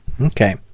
Okay